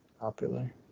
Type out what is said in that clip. popular